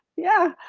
yeah,